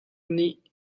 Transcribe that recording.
nih